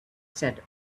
said